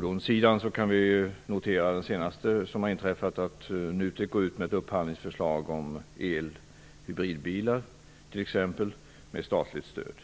Det senaste som har inträffat på fordonssidan är att NUTEK har gått ut med ett upphandlingsförslag om t.ex. el/hybridbilar med statligt stöd.